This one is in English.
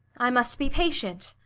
i must be patient.